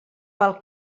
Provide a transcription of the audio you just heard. pel